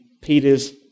Peter's